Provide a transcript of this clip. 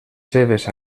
seves